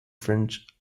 french